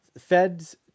Fed's